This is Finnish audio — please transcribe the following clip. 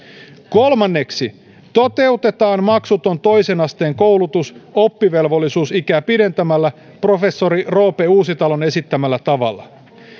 kolmanneksi toteutetaan maksuton toisen asteen koulutus oppivelvollisuusikää pidentämällä professori roope uusitalon esittämällä tavalla